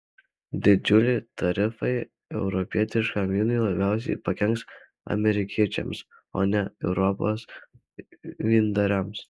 didžiuliai tarifai europietiškam vynui labiausiai pakenks amerikiečiams o ne europos vyndariams